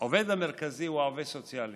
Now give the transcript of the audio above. העובד המרכזי הוא העובד הסוציאלי.